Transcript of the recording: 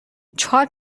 چاد